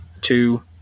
two